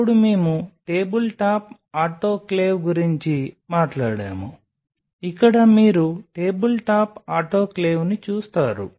అప్పుడు మేము tabletop autoclave గురించి మాట్లాడాము ఇక్కడ మీరు టేబుల్టాప్ ఆటోక్లేవ్ని చూస్తారు